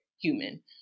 human